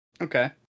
Okay